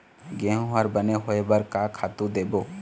गेहूं हर बने होय बर का खातू देबो?